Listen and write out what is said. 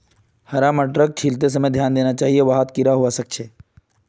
हरा मटरक छीलते समय ध्यान देना चाहिए वहात् कीडा हवा सक छे